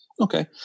Okay